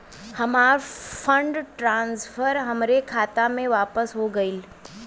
हमार fund transfer हमरे खाता मे वापस हो गईल